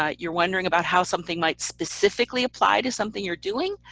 ah you're wondering about how something might specifically apply to something you're doing,